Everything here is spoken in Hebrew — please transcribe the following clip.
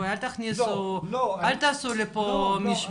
אל תעשו לי פה בלגן.